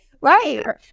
right